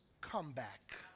comeback